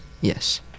Yes